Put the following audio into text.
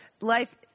life